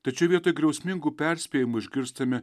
tačiau vietoj griausmingų perspėjimų išgirstame